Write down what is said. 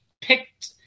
picked